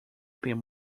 pin